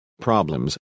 problems